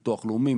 ביטוח לאומי,